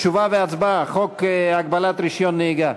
תשובה והצבעה, חוק הגבלת רישיון נהיגה.